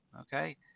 Okay